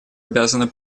обязано